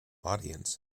audience